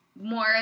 more